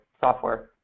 software